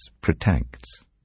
protects